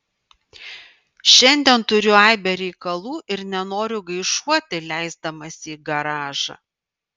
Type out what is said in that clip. šiandien turiu aibę reikalų ir nenoriu gaišuoti leisdamasi į garažą